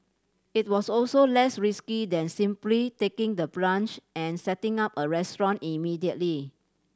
it was also less risky than simply taking the plunge and setting up a restaurant immediately